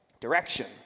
Direction